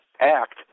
act